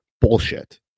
Bullshit